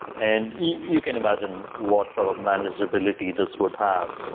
and you can imagine what sort of manageability this would have.